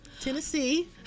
Tennessee